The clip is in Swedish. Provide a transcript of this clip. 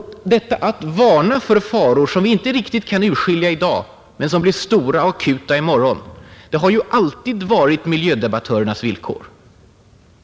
Detta att varna för faror som vi inte riktigt kan urskilja i dag men som blir stora och akuta i morgon har alltid varit miljödebattörernas villkor.